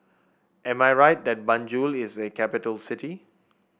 am I right that Banjul is a capital city